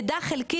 מידע חלקי.